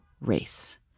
race